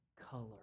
color